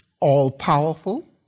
all-powerful